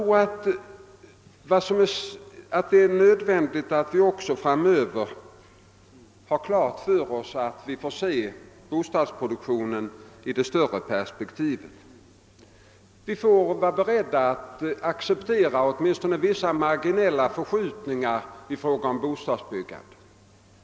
Det är nödvändigt att vi har klart för oss att vi även framdeles måste se bostadsproduktionen i det större perspektivet. Vi får vara beredda att acceptera åtminstone vissa marginella förskjutningar i fråga om bostadsbyggandet.